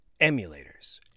emulators